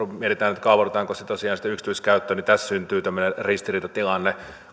mietitään kaavoitetaanko se tosiaan sitten yksityiskäyttöön tässä syntyy tämmöinen ristiriitatilanne